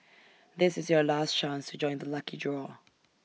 this is your last chance to join the lucky draw